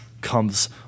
comes